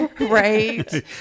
Right